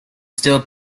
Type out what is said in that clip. still